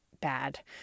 bad